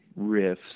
riffs